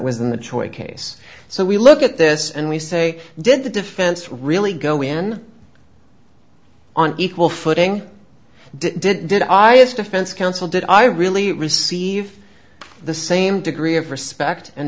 was in the choi case so we look at this and we say did the defense really go in on equal footing did it did i as defense counsel did i really receive the same degree of respect and